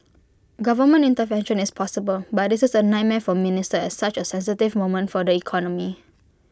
government intervention is possible but this is A nightmare for ministers at such A sensitive moment for the economy